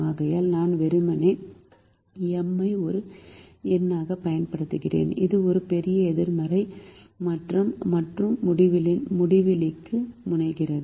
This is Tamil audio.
ஆகையால் நான் வெறுமனே M ஐ ஒரு எண்ணாகப் பயன்படுத்துகிறேன் இது பெரிய நேர்மறை மற்றும் முடிவிலிக்கு முனைகிறது